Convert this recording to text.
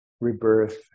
rebirth